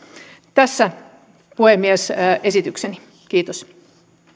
tässä puhemies esitykseni kiitos